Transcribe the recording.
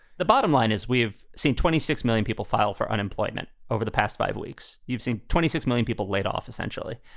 the bottom line is we've seen twenty six million people file for unemployment over the past five weeks. you've seen twenty six million people laid off, essentially.